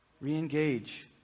Re-engage